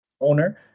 owner